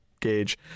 gauge